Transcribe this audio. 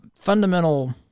fundamental